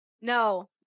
No